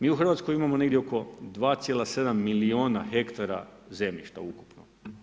Mi u Hrvatskoj imamo negdje oko 2,7 milijuna hektara zemljišta ukupno.